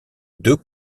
deux